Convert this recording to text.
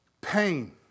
pain